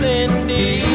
Cindy